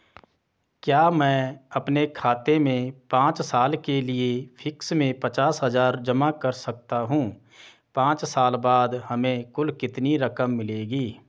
क्या मैं अपने खाते में पांच साल के लिए फिक्स में पचास हज़ार जमा कर सकता हूँ पांच साल बाद हमें कुल कितनी रकम मिलेगी?